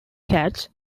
cats